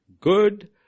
Good